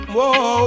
Whoa